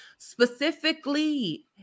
specifically